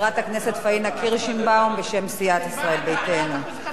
חברת הכנסת פאינה קירשנבאום בשם סיעת ישראל ביתנו.